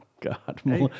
God